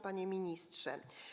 Panie Ministrze!